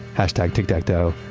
hashtag tic-tac-toe,